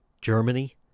germany